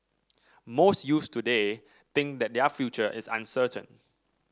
most youths today think that their future is uncertain